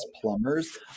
Plumbers